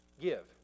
give